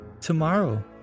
Tomorrow